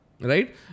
right